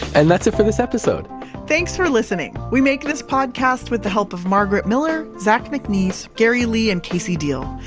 and that's it for this episode thanks for listening we make this podcast with the help of margaret miller, zach mcnees, gary lee and casey deal.